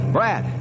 Brad